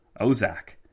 Ozak